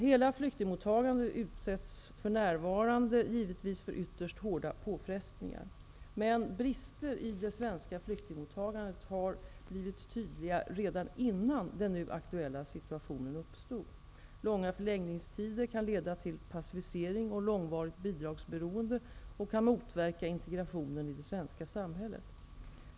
Hela flyktingmottagandet utsätts för närvarande givetvis för ytterst hårda påfrestningar. Men brister i det svenska flyktingmottagandet har blivit tydliga redan innan den nu aktuella situationen uppstod. Långa förläggningstider kan leda till passivisering och långvarigt bidragsberoende och kan motverka integrationen i det svenska samhället.